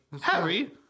Harry